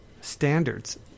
standards